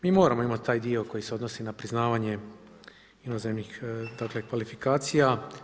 Mi moramo imati taj dio koji se odnosi na priznavanje inozemnih, dakle kvalifikacija.